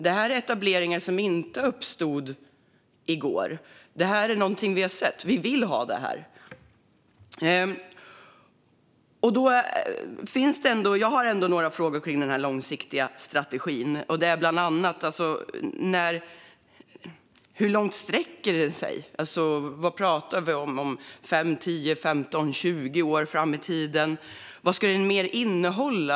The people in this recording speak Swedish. Det här är etableringar som inte uppstod i går. Det är någonting vi har sett och som vi vill ha. Jag har några frågor kring den långsiktiga strategin. Hur långt sträcker den sig? Vad pratar vi om - fem, tio, femton eller tjugo år fram i tiden? Vad mer ska den innehålla?